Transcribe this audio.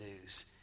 news